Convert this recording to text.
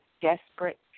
desperate